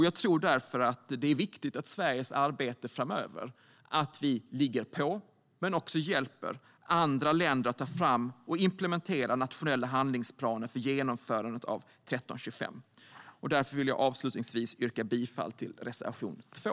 Jag tror därför att det är viktigt för Sveriges arbete framöver att vi ligger på men också hjälper andra länder att ta fram och implementera nationella handlingsplaner för genomförandet av 1325. Därför yrkar jag avslutningsvis bifall till reservation 2.